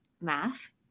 math